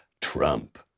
Trump